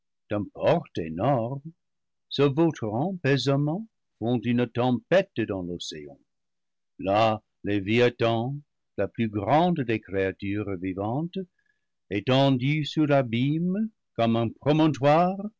se vautrant pesamment font une tempête dans l'o céan là léviathan la plus grande des créatures vivantes étendu sur l'abîme comme un promontoire